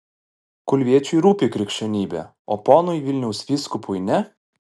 kulviečiui rūpi krikščionybė o ponui vilniaus vyskupui ne